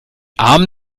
arm